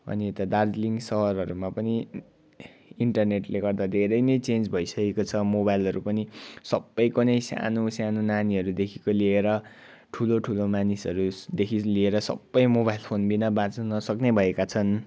अनि यता दार्जिलिङ सहरहरूमा पनि इन्टरनेटले गर्दा धेरै नै चेन्ज भइसकेको छ मोबाइलहरू पनि सबैको नै सानो सानो नानीहरूदेखिको लिएर ठुलो ठुलो मानिसहरूदेखि लिएर सबै मोबाइल फोन बिना बाँच्नु नसक्ने भएका छन्